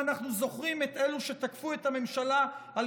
ואנחנו זוכרים את אלו שתקפו את הממשלה על